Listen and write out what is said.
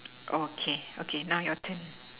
okay okay now your turn